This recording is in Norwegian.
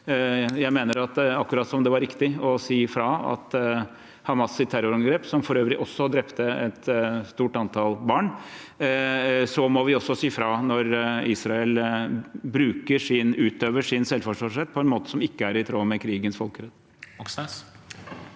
Jeg mener at akkurat som det var riktig å si fra om Hamas’ terrorangrep, som for øvrig også drepte et stort antall barn, må vi si fra når Israel utøver sin selvforsvarsrett på en måte som ikke er i tråd med krigens folkerett.